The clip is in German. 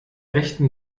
rechten